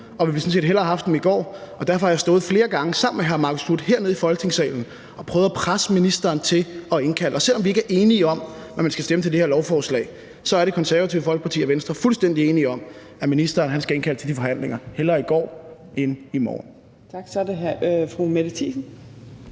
sådan set hellere have haft dem i går, og derfor har jeg flere gange stået sammen med hr. Marcus Knuth hernede i Folketingssalen og prøvet at presse ministeren til at indkalde, og selv om vi ikke er enige om, hvad man skal stemme til det her lovforslag, så er Det Konservative Folkeparti og Venstre fuldstændig enige om, at ministeren skal indkalde til de forhandlinger – hellere i går end i morgen.